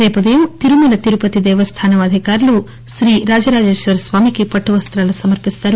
రేపు ఉదయం తిరుమల తిరుపతి దేవస్థానం అధికారులు రాజరాజేశ్వరస్వామి పట్లువస్తాలు సమర్పిస్తారు